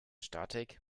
statik